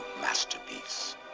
masterpiece